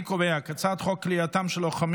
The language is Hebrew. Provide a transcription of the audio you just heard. אני קובע כי הצעת חוק כליאתם של לוחמים